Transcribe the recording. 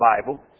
Bible